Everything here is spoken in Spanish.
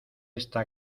esta